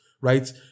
right